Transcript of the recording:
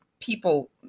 people